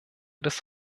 des